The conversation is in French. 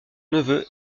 neveu